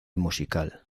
musical